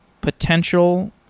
potential